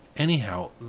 anyhow,